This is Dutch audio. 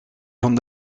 van